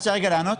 אפשר רגע לענות?